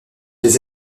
des